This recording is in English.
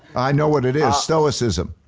i know what it is, stoicism.